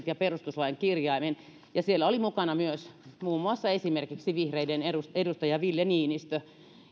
ja perustuslain kirjaimen ja siellä oli mukana myös muun muassa esimerkiksi vihreiden edustaja edustaja ville niinistö